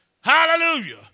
Hallelujah